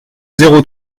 zéro